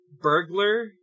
burglar